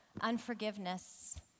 unforgiveness